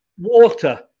Water